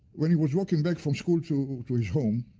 when he was walking back from school to to his home,